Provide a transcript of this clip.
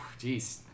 Jeez